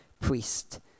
priest